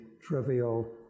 trivial